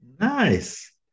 Nice